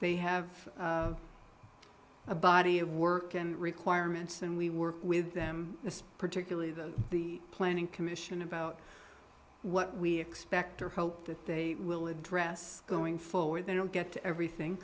they have a body of work and requirements and we work with them this particularly the planning commission about what we expect or hope that they will address going forward they don't get to everything